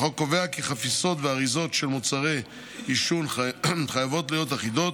החוק קובע כי חפיסות ואריזות של מוצרי עישון חייבות להיות אחידות